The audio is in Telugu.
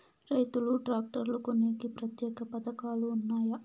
రైతులు ట్రాక్టర్లు కొనేకి ప్రత్యేక పథకాలు ఉన్నాయా?